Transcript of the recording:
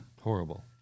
Horrible